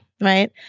right